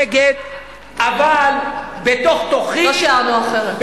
נגד, לא שיערנו אחרת.